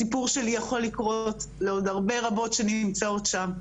הסיפור שלי יכול לקרות לעוד הרבה רבות שנמצאות שם,